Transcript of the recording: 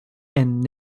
and